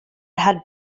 had